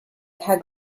hug